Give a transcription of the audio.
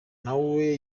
nawe